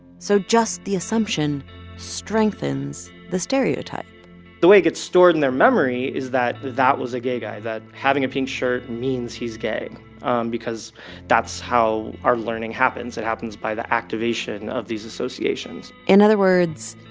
so just the assumption strengthens the stereotype the way it gets stored in their memory is that that was a gay guy, that having a pink shirt means he's gay um because that's how our learning happens. it happens by the activation of these associations in other words,